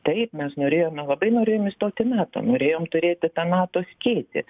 taip mes norėjome labai norėjom įstot į nato norėjom turėti tą nato skėtį